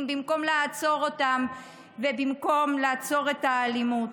ביד רכה ועדינה במקום לעצור אותם ובמקום לעצור את האלימות.